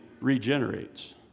regenerates